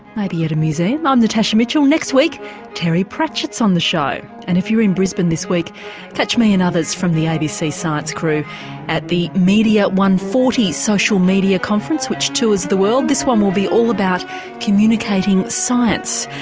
maybe at a museum. i'm natasha mitchell, next week terry pratchett's on the show. and if you're in brisbane this week catch me and others from the abc science crew at the media one hundred and forty social media conference which tours the world. this one will be all about communicating science,